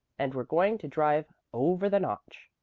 and were going to drive over the notch.